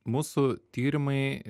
mūsų tyrimai